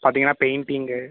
பாத்தீங்கனா பெயிண்டிங்கு